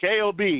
KOB